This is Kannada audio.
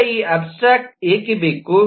ಈಗ ಈ ಅಬ್ಸ್ಟ್ರ್ಯಾಕ್ಟ್ ಏಕೆ ಬೇಕು